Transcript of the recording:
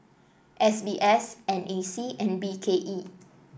S B S N A C and B K E